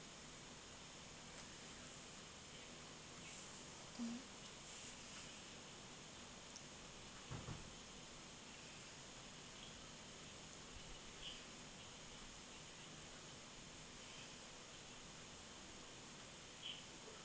mmhmm